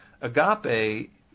Agape